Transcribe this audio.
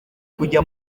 kujya